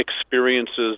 experiences